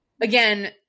Again –